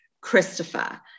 Christopher